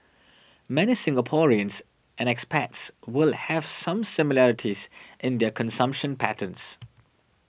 many Singaporeans and expats will have some similarities in their consumption patterns